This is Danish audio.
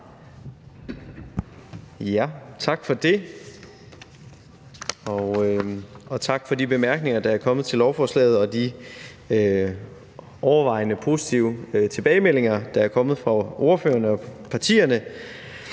Tak for det, og tak for de bemærkninger, der er kommet til lovforslaget, og de overvejende positive tilbagemeldinger, der er kommet fra ordførerne og partierne.